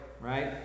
right